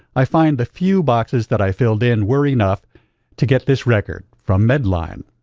i find the few boxes that i filled in were enough to get this record from medline.